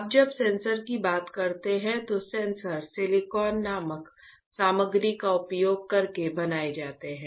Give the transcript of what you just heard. अब जब सेंसर की बात करते हैं तो सेंसर सिलिकॉन नामक सामग्री का उपयोग करके बनाए जाते हैं